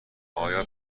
آیا